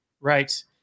Right